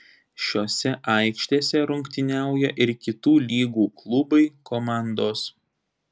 šiose aikštėse rungtyniauja ir kitų lygų klubai komandos